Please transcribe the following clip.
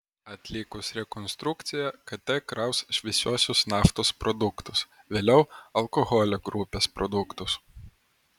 atlikus rekonstrukciją kt kraus šviesiuosius naftos produktus vėliau alkoholio grupės produktus